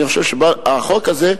החוק הזה,